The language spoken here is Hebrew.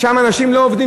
שם אנשים לא עובדים?